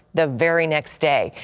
the very next day.